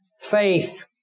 Faith